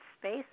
space